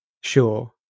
Sure